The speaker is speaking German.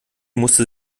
musste